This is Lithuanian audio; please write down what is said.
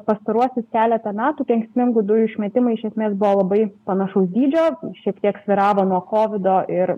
pastaruosius keletą metų kenksmingų dujų išmetimai iš esmės buvo labai panašaus dydžio šiek tiek svyravo nuo kovido ir